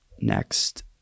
next –